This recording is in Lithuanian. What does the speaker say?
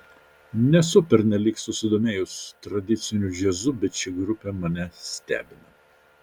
nesu pernelyg susidomėjus tradiciniu džiazu bet ši grupė mane stebina